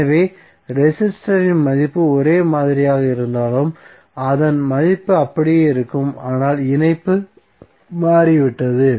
எனவே ரெசிஸ்டரின் மதிப்பு ஒரே மாதிரியாக இருந்தாலும் அதன் மதிப்பு அப்படியே இருக்கும் ஆனால் இணைப்பு மாறிவிட்டது